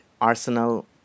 Arsenal